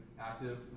active